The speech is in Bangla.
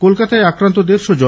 কলকাতায় আক্রান্ত দেড়শ জন